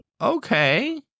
okay